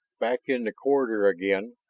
back in the corridor again,